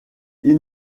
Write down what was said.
ils